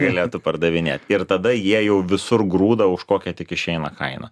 galėtų pardavinėt ir tada jie jau visur grūda už kokia tik išeina kaina